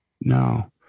no